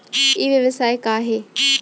ई व्यवसाय का हे?